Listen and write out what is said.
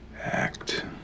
act